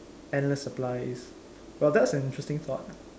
endless supplies well that's an interesting thought